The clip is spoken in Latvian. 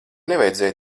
nevajadzēja